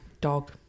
Dog